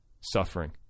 suffering